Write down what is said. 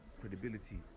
credibility